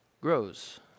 grows